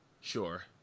Sure